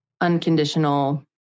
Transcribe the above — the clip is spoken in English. unconditional